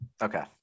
Okay